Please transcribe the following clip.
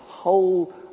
whole